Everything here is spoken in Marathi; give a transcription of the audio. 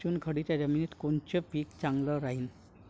चुनखडीच्या जमिनीत कोनचं पीक चांगलं राहीन?